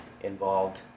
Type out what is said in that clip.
involved